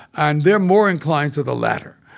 and they're more inclined to the latter.